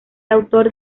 autor